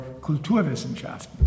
Kulturwissenschaften